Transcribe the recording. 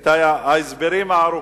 את ההסברים הארוכים.